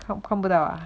from 不到啊